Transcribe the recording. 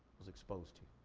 was exposed to.